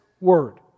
Word